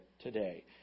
today